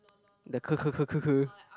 the ke ke ke ke ke